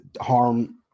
harm